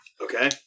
Okay